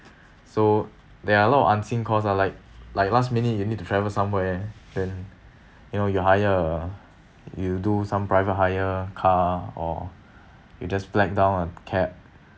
so there are a lot of unseen cost ah like like last minute you need to travel somewhere then you know you hire a you do some private hire car or you just flag down a cab